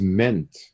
meant